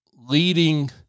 leading